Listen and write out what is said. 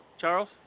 Charles